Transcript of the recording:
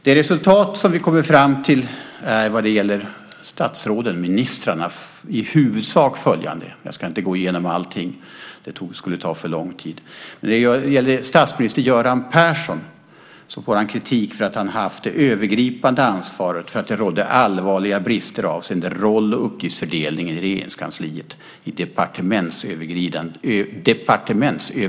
Det resultat vi har kommit fram till är för ministrarna i huvudsak följande - jag ska inte gå igenom allting här, för det skulle ta för lång tid. Statsminister Göran Persson får för det första kritik för att han har det övergripande ansvaret för att det rådde allvarliga brister avseende roll och uppgiftsfördelningen i Regeringskansliet i en departementsöverskridande krissituation.